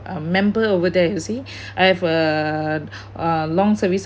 a member over there you see I have a a long service